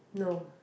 no